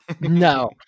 no